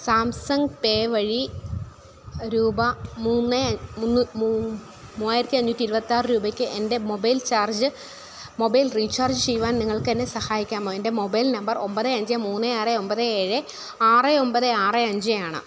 Samsung pay വഴി രൂപ മൂന്ന് മൂവായിരത്തി അഞ്ഞൂറ്റി ഇരുപത്തി ആറ് രൂപയ്ക്ക് എൻ്റെ മൊബൈൽ ചാർജ് മൊബൈൽ റീചാർജ് ചെയ്യുവാൻ നിങ്ങൾക്ക് എന്നെ സഹായിക്കാമോ എൻ്റെ മൊബൈൽ നമ്പർ ഒമ്പത് അഞ്ച് മൂന്ന് ആറ് ഒമ്പത് ഏഴ് ആറ് ഒമ്പത് ആറ് അഞ്ച് ആണ്